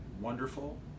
wonderful